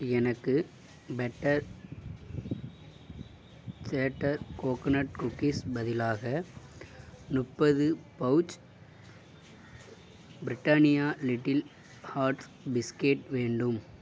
எனக்கு better chatter coconut குக்கீஸ்க்கு பதிலாக முப்பது pouch Britannia Little Hearts biscuit வேண்டும்